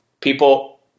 people